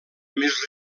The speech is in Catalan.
més